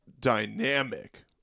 dynamic